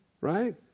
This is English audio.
Right